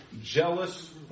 jealous